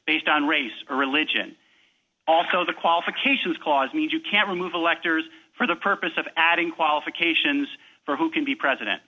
based on race or religion also the qualifications clause means you can't remove electors for the purpose of adding qualifications for who can be president